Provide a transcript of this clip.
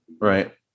right